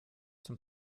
zum